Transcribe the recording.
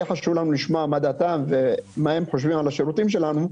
היה חשוב לנו לשמוע מה דעתם ומה הם חושבים על השירותים שלנו.